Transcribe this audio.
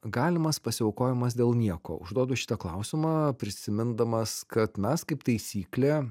galimas pasiaukojimas dėl nieko užduodu šitą klausimą prisimindamas kad mes kaip taisyklė